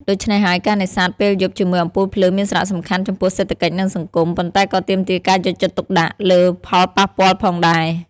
ដូច្នេះហើយ ការនេសាទពេលយប់ជាមួយអំពូលភ្លើងមានសារៈសំខាន់ចំពោះសេដ្ឋកិច្ច និងសង្គម ប៉ុន្តែក៏ទាមទារការយកចិត្តទុកដាក់លើផលប៉ះពាល់ផងដែរ។